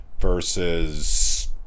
versus